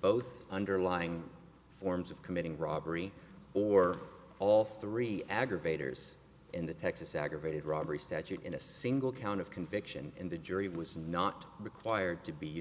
both underlying forms of committing robbery or all three aggravators in the texas aggravated robbery statute in a single count of conviction and the jury was not required to be